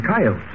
Kyle